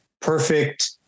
perfect